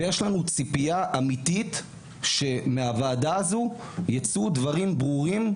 ויש לנו ציפייה אמיתית שמהוועדה הזו ייצאו דברים ברורים,